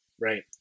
Right